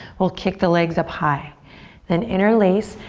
we'll kick the legs up high and interlace,